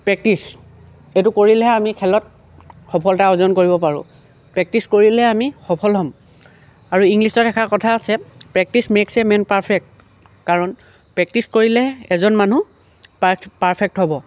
practice এইটো কৰিলেহে আমি খেলত সফলতা অৰ্জন কৰিব পাৰোঁ প্ৰেক্টিছ কৰিলেহে আমি সফল হ'ম আৰু ইংলিছত এাৰ কথা আছে প্ৰেক্টিছ মে'কছ মেন পাৰ্ফেক্ট কাৰণ প্ৰেক্টিছ কৰিলে এজন মানুহ পাৰ পাৰ্ফেক্ট হ'ব